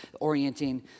orienting